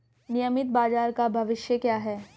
नियमित बाजार का भविष्य क्या है?